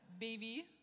baby